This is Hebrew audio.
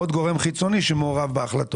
עוד גורם חיצוני שמעורב בהחלטות.